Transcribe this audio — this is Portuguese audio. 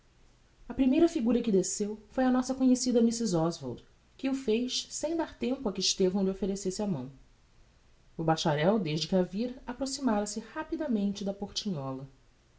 a primeira figura que desceu foi a nossa conhecida mrs oswald que o fez sem dar tempo a que estevão lhe offerecesse a mão o bacharel desde que a vira approximara se rapidamente da portinhola